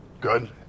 Good